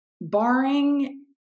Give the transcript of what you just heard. Barring